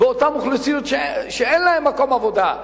באותן אוכלוסיות שאין להן מקום עבודה,